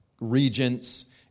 regents